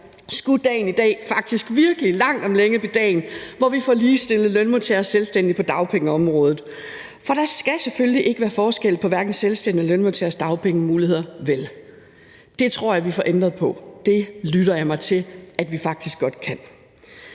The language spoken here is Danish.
Skulle dagen i dag faktisk virkelig langt om længe blive dagen, hvor vi får ligestillet lønmodtagere og selvstændige på dagpengeområdet? For der skal selvfølgelig ikke være forskel på selvstændige og lønmodtageres dagpengemuligheder, vel? Det tror jeg at vi får ændret på. Det lytter jeg mig til at vi faktisk godt kan.